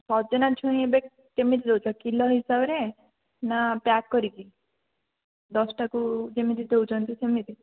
ସଜନାଛୁଇଁ ଏବେ କେମିତି ଦେଉଛ କିଲୋ ହିସାବରେ ନା ପ୍ୟାକ୍ କରିକି ଦଶଟାକୁ ଯେମିତି ଦେଉଛନ୍ତି ସେମିତି